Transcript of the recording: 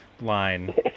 Line